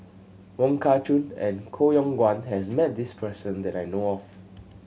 Wong Kah Chun and Koh Yong Guan has met this person that I know of